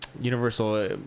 universal